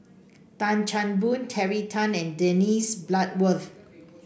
Tan Chan Boon Terry Tan and Dennis Bloodworth